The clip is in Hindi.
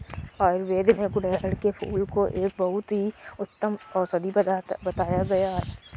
आयुर्वेद में गुड़हल के फूल को एक बहुत ही उत्तम औषधि बताया गया है